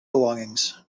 belongings